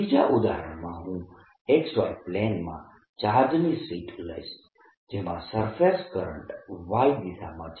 બીજા ઉદાહરણમાં હું XY પ્લેન માં ચાર્જ ની શીટ લઈશ જેમાં સરફેસ કરંટ Y દિશામાં છે